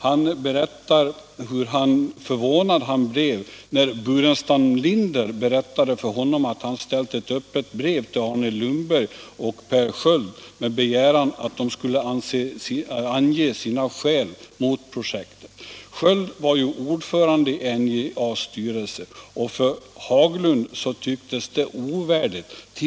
Han har berättat hur förvånad han blev när Burenstam Linder berättade för honom att han ställt ett öppet brev till Arne Lundberg och Per Sköld med begäran att de skulle ange sina skäl mot projektet. Sköld var ordförande i NJA:s styrelse. För Haglund tycktes det ovärdigt ”t.